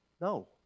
No